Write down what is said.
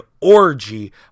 orgy